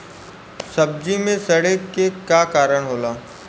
सब्जी में सड़े के का कारण होला?